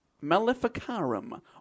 Maleficarum